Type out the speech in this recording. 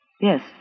Yes